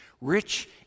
rich